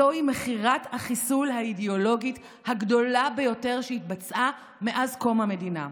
זוהי מכירת החיסול האידיאולוגית הגדולה ביותר שהתבצעה מאז קום המדינה.